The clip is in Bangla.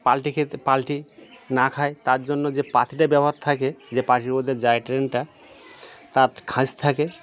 পালটি খেতে পালটি না খায় তার জন্য যে পাতিটা ব্যবহার থাকে যে পাটির উপর দে যায় ট্রেনটা তার খাঁজ থাকে